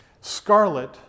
Scarlet